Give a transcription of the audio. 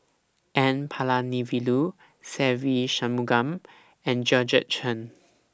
N Palanivelu Se Ve Shanmugam and Georgette Chen